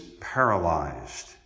paralyzed